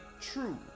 true